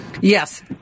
Yes